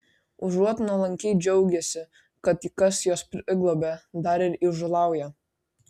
užuot nuolankiai džiaugęsi kad kas juos priglobė dar ir įžūlauja